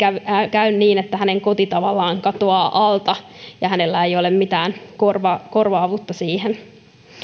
käy niin että hänen kotinsa tavallaan katoaa alta ja hänellä ei ole mitään korvaavuutta korvaavuutta siihen